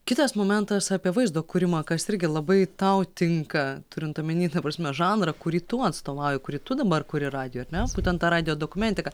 kitas momentas apie vaizdo kūrimą kas irgi labai tau tinka turint omeny ta prasme žanrą kurį tu atstovauji kurį tu dabar kuri radijuj ar ne būtent tą radijo dokumentiką